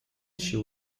she